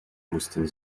moesten